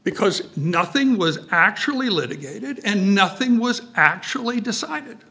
because nothing was actually litigated and nothing was actually decided